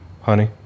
honey